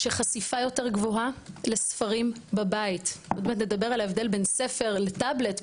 שחשיפה יותר גבוהה לספרים בבית עוד מעט נדבר על ההבדל בין ספר לטבלט,